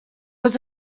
was